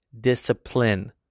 discipline